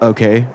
Okay